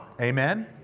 Amen